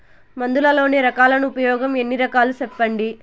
మందులలోని రకాలను ఉపయోగం ఎన్ని రకాలు? సెప్పండి?